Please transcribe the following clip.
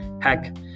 Heck